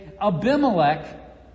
Abimelech